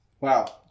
Wow